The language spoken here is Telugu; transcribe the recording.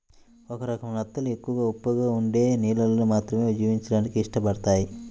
ఒక రకం నత్తలు ఎక్కువ ఉప్పగా ఉండే నీళ్ళల్లో మాత్రమే జీవించడానికి ఇష్టపడతయ్